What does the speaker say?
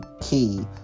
Key